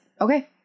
okay